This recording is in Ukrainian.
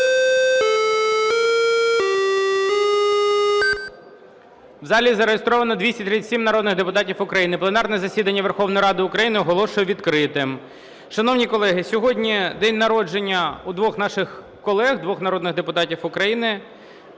У залі зареєстровано 237 народних депутатів України. Пленарне засідання Верховної Ради України оголошую відкритим. Шановні колеги, сьогодні день народження у двох наших колег, у двох народних депутатів України,